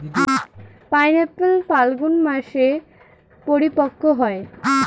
pineapple ফাল্গুন মাসে পরিপক্ব হয়